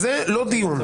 בעיניי, זה לא דיון.